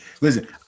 Listen